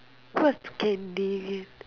what's scandinavian